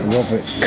Robert